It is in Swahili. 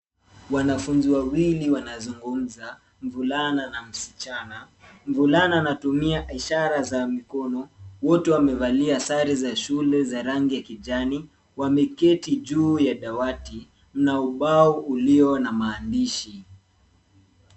Wanafunzi wawili wanazungumza, mvulana na msichana. Mvulana anatumia ishara za mikono. Wote wamevalia sare za shule za rangi ya kijani. Wameketi juu ya dawati. Kuna ubao ulio na maandishi